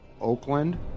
Oakland